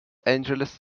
angeles